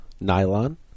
nylon